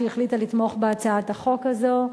שהחליטה לתמוך בהצעת החוק הזאת.